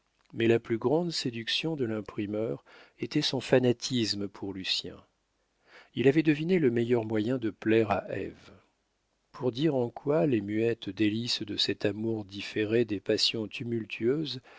mais la plus grande séduction de l'imprimeur était son fanatisme pour lucien il avait deviné le meilleur moyen de plaire à ève pour dire en quoi les muettes délices de cet amour différaient des passions tumultueuses